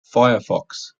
firefox